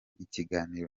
ikiganiro